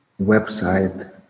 website